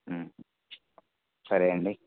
సరే అండి